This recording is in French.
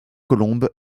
colombes